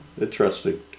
interesting